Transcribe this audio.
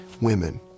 women